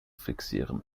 fixieren